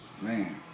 Man